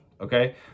okay